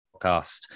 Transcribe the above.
podcast